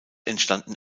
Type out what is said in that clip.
entstanden